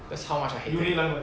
that's how much I hated